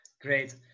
Great